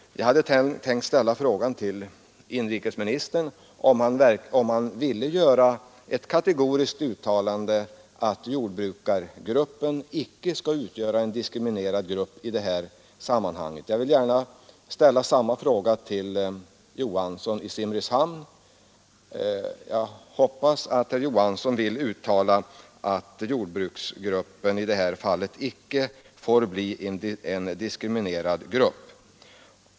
Jag hade tänkt fråga inrikesministern om han ville göra ett kategoriskt uttalande, att jordbrukargruppen inte skall diskrimineras i detta sammanhang. Jag vill ställa samma fråga till herr Johansson i Simrishamn. Jag hoppas att herr Johansson vill uttala att jordbrukarna inte får bli en diskriminerad grupp.